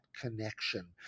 connection